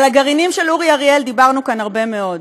על הגרעינים של אורי אריאל דיברנו כאן הרבה מאוד,